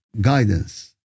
guidance